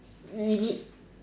read it